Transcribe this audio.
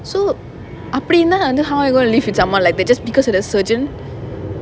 so அப்டினா வந்து:apdinaa vanthu how I going to live with someone like that just because of the surgeon